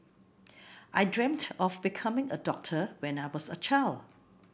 I dreamed of becoming a doctor when I was a child